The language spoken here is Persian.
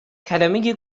کلمه